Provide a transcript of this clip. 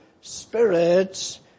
spirits